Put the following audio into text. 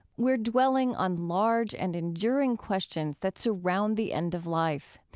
we're dwelling on large and enduring questions that surround the end of life.